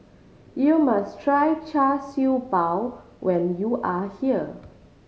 you must try Char Siew Bao when you are here